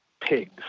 pigs